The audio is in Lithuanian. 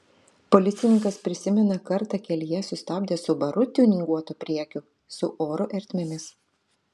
policininkas prisimena kartą kelyje sustabdęs subaru tiuninguotu priekiu su oro ertmėmis